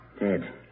Dead